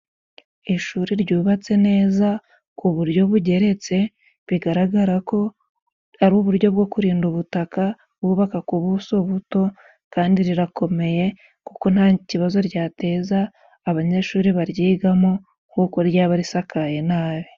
Ishuri ryubatse neza ku buryo bugeretse bigaragara ko ari uburyo bwo kurinda ubutaka, bwubaka ku buso buto kandi rirakomeye kuko nta kibazo ryateza abanyeshuri, baryigamo kuko ryaba risakaye nabi.